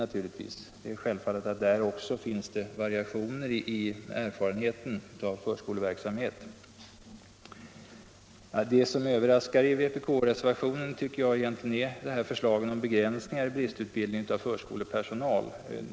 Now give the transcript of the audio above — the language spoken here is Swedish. Det är självklart att det också där finns variationer av erfarenheten av förskoleverksamhet. Det som överraskar i vpk-reservationerna är förslaget om begränsningar av bristutbildningen av förskolepersonal.